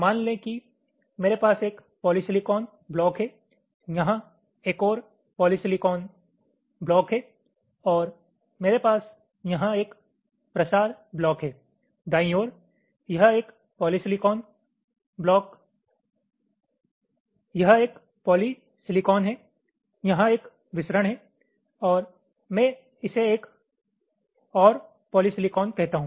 मान लें कि मेरे पास एक पॉलीसिलिकॉन ब्लॉक है यहाँ एक और पॉलीसिलिकॉन ब्लॉक है और मेरे पास यहाँ एक प्रसार ब्लॉक है दाईं ओर यह एक पॉलीसिलिकॉन है यहाँ एक विसरण है और मैं इसे एक और पॉलीसिलिकॉन कहता हूँ